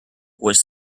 was